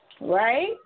Right